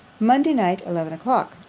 monday night, eleven o'clock.